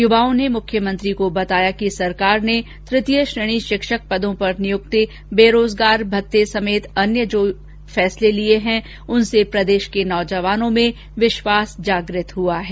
युवाओं ने मुख्यमंत्री को बताया कि सरकार ने तृतीय श्रेणी शिक्षक पदों पर नियुक्ति बेरोजगारी भत्ते समेत अन्य जो फैसले लिए हैं उनसे प्रदेश के नौजवानों में विश्वास जागृत हुआ है